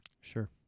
sure